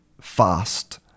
fast